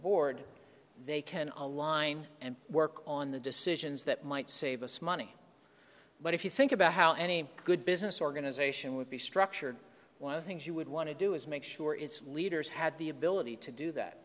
board they can online and work on the decisions that might save us money but if you think about how any good business organization would be structured one of things you would want to do is make sure its leaders had the ability to do that